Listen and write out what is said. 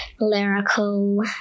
lyrical